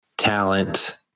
talent